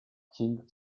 king